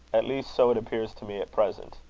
at least so it appears to me at present.